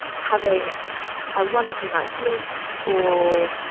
having a wonderful night's sleep. or,